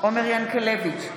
עומר ינקלביץ'